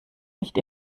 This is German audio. nicht